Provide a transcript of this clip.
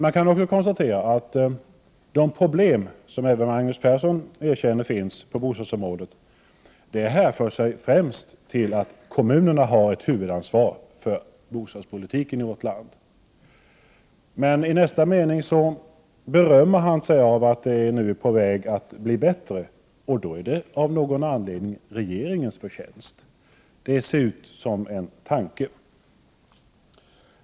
Man kan konstatera att de problem som även Magnus Persson erkänner finns på bostadsområdet främst härrör sig från brister i kommunernas ansvar, som ju har huvudansvaret för bostadspolitiken i vårt land. I nästa mening berömmer sig Magnus Persson över att det nu är på väg att bli bättre. Då är det av någon anledning regeringens förtjänst. Det ser ut som en tanke!